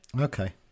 Okay